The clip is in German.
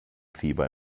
fieber